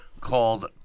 called